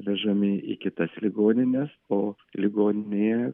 vežami į kitas ligonines o ligoninėje